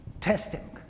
testing